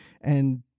and-